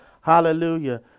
Hallelujah